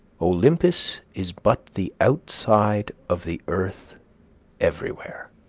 olympus is but the outside of the earth everywhere.